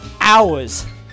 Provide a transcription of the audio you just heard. hours